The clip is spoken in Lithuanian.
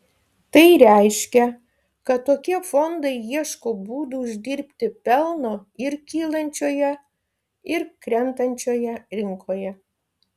tai reiškia kad tokie fondai ieško būdų uždirbti pelno ir kylančioje ir krentančioje rinkoje